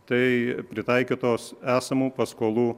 tai pritaikytos esamų paskolų